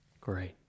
Great